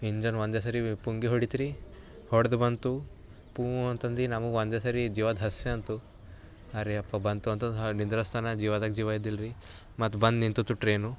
engine ಒಂದೆ ಸರಿವೆ ಪುಂಗಿ ಹೊಡೀತು ರೀ ಹೊಡ್ದು ಬಂತು ಪೂಂ ಅಂತಂದು ನಮಗೆ ಒಂದೆ ಸರಿ ಜೀವ ಧಸ್ಸೆ ಅಂತು ಅರೆ ಅಪ್ಪ ಬಂತು ಅಂತ ನಿಂದ್ರಸ್ತನ ಜೀವದಾಗ ಜೀವ ಇದ್ದಿಲ್ಲರಿ ಮತ್ತೆ ಬಂದು ನಿಂತಿತು ಟ್ರೇನು